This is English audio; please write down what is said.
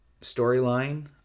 storyline